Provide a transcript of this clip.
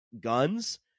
guns